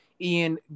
Ian